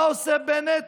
מה עושה בנט?